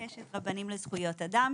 רבנים לזכויות אדם.